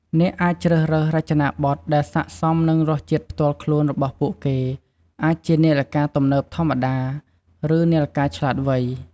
អ្នកអាចជ្រើសរើសរចនាប័ទ្មដែលស័ក្តិសមនឹងរសជាតិផ្ទាល់ខ្លួនរបស់ពួកគេ អាចជានាឡិកាទំនើបធម្មតា ឬ នាឡិកាឆ្លាតវៃ។